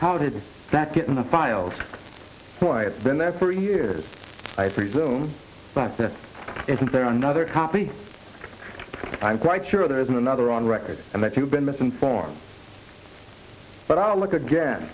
how did that get in the files why it's been there for years i presume but isn't there another copy i'm quite sure there isn't another on record and that you've been misinformed but i'll look again